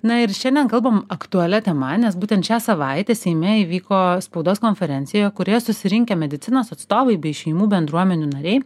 na ir šiandien kalbam aktualia tema nes būtent šią savaitę seime įvyko spaudos konferencija kurioje susirinkę medicinos atstovai bei šeimų bendruomenių nariai